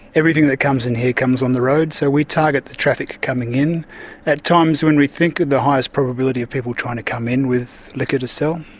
everything that comes in here comes on the road, so we target the traffic coming in at times when we think the highest probability of people trying to come in with liquor to sell,